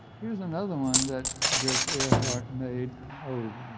here's another one that goetzpays ehrhardt made